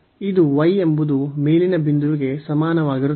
ಇದು y ಎಂಬುದು ಮೇಲಿನ ಬಿಂದುವಿಗೆ ಸಮಾನವಾಗಿರುತ್ತದೆ